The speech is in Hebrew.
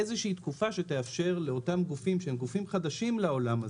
איזושהי תקופה שתאפשר לאותם גופים שהם גופים חדשים לעולם הזה,